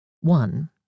One